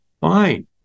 Fine